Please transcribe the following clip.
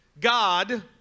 God